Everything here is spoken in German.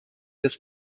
das